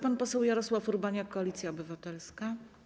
Pan poseł Jarosław Urbaniak, Koalicja Obywatelska.